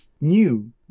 new